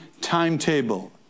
timetable